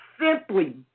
simply